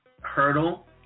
hurdle